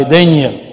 Daniel